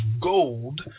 gold